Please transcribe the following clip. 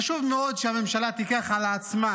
חשוב מאוד שהממשלה תיקח על עצמה